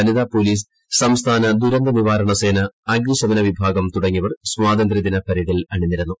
വനിതാ പൊലീസ് സംസ്ഥാന ദുരന്ത നിവാരണ സ്കേന് അഗ്നിശമന വിഭാഗം തുടങ്ങിയവർ സ്വാതന്ത്ര്യ ദിന പരേഡിൽ അണിനിരന്നു